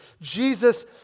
Jesus